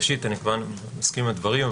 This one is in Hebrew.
ראשית, אני כמובן מסכים עם הדברים.